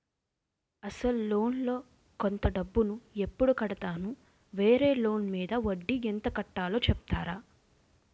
అసలు లోన్ లో కొంత డబ్బు ను ఎప్పుడు కడతాను? వేరే లోన్ మీద వడ్డీ ఎంత కట్తలో చెప్తారా?